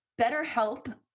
BetterHelp